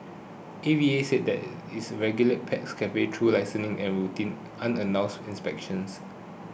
A V A said it regulates pet cafes through licensing and routine unannounced inspections